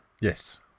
Yes